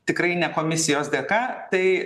tikrai ne komisijos dėka tai